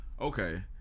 Okay